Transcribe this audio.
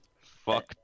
Fuck